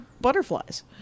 butterflies